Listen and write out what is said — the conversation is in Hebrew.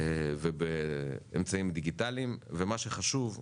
ובאמצעים דיגיטליים, ומה שחשוב,